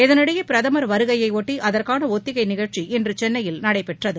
இதனிடையே பிரதமர் வருகையையொட்டிஅதற்கானஒத்திகைநிகழ்ச்சி இன்றுசென்னையில் நடைபெற்றது